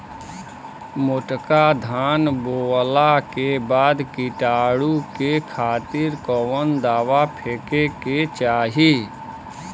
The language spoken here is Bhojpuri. मोटका धान बोवला के बाद कीटाणु के खातिर कवन दावा फेके के चाही?